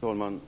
Fru talman!